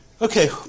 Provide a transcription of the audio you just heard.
Okay